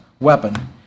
weapon